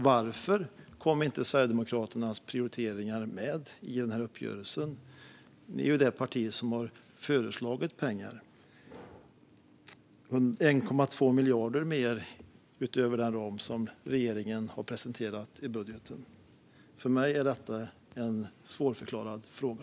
Varför kom inte Sverigedemokraternas prioriteringar med i den här uppgörelsen? Ni är ju det parti som föreslagit pengar - 1,2 miljarder mer utöver den ram som regeringen presenterat i budgeten. För mig är detta svårförklarligt.